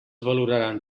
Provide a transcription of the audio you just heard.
valoraran